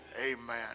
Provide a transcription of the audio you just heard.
Amen